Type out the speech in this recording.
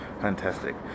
Fantastic